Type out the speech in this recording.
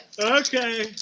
Okay